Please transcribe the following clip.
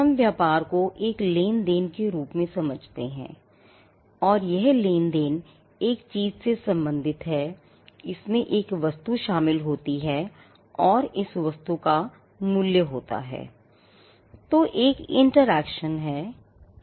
हम व्यापार को एक लेन देन के रूप में समझते हैं और यह लेन देन एक चीज से संबंधित है इसमें एक वस्तु शामिल होती है और इस वस्तु का मूल्य होता है